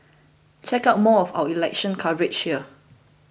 check out more of our election coverage here